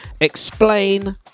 explain